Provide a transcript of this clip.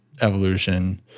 evolution